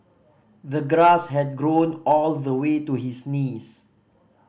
the grass had grown all the way to his knees